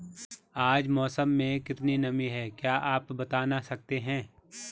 आज मौसम में कितनी नमी है क्या आप बताना सकते हैं?